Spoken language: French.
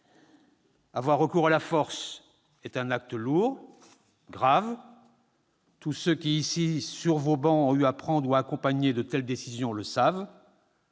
Avoir recours à la force est un acte lourd, un acte grave. Tous ceux qui ici, sur vos travées, ont eu à prendre ou à accompagner de telles décisions le savent.